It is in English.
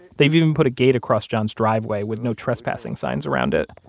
they've even put a gate across john's driveway with no trespassing signs around it.